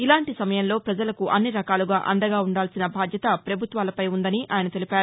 ఇలాంటి సమయంలో ప్రజలకు అన్ని రకాలుగా అండగా ఉండాల్సిన బాధ్యత పభుత్వాలపై ఉందని ఆయన తెలిపారు